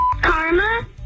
Karma